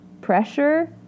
pressure